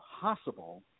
possible